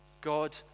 God